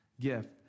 gift